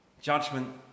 Judgment